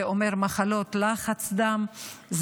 זה אומר מחלות לחץ דם,